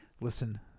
listen